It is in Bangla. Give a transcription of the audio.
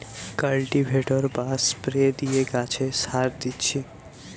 কাল্টিভেটর বা স্প্রে দিয়ে গাছে সার দিচ্ছি